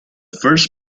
first